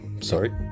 sorry